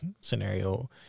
scenario